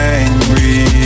angry